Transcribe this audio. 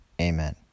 Amen